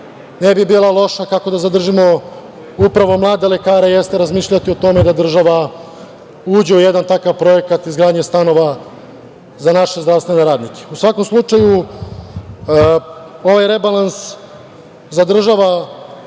ne bi bila loša, kako da zadržimo upravo mlade lekare jeste razmišljati o tome da država uđe u jedan takav projekat izgradnje stanove za naše zdravstvene radnike.U svakom slučaju ovaj rebalans zadržava